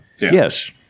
Yes